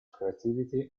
creativity